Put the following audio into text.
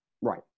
Right